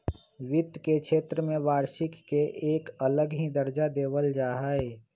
वित्त के क्षेत्र में वार्षिक के एक अलग ही दर्जा देवल जा हई